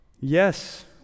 Yes